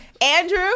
Andrew